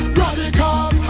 radical